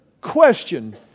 question